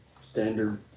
standard